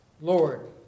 Lord